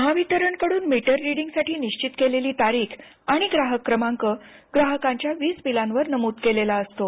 महावितरणकडून मीटर रिडिंगसाठी निश्चित केलेली तारीख आणि ग्राहक क्रमांक ग्राहकांच्या वीजबिलांवर नमूद केला असतो